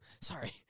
sorry